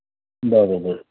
बराबरि